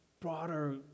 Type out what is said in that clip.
broader